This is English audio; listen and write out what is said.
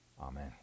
Amen